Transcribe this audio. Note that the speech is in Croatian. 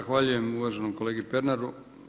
Zahvaljujem uvaženom kolegi Pernaru.